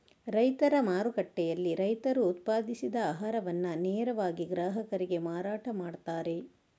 ರೈತರ ಮಾರುಕಟ್ಟೆಯಲ್ಲಿ ರೈತರು ಉತ್ಪಾದಿಸಿದ ಆಹಾರವನ್ನ ನೇರವಾಗಿ ಗ್ರಾಹಕರಿಗೆ ಮಾರಾಟ ಮಾಡ್ತಾರೆ